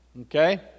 Okay